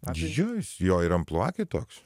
aš didžiuojuos jo ir amplua kitoks